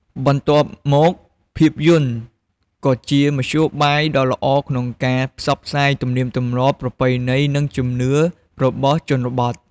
បន្ទាប់មក ភាពយន្តក៏ជាមធ្យោបាយដ៏ល្អក្នុងការផ្សព្វផ្សាយ ទំនៀមទម្លាប់ ប្រពៃណី និងជំនឿ របស់ជនបទ។